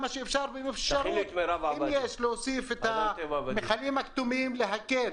עם אפשרות להוסיף את המכלים הכתומים כדי להקל